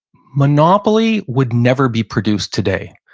monopoly would never be produced today.